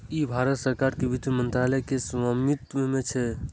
ई भारत सरकार के वित्त मंत्रालय के स्वामित्व मे छै